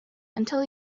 until